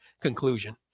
conclusion